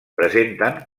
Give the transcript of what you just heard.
presenten